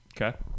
Okay